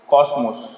Cosmos